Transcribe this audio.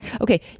Okay